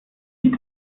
sie